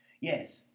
Yes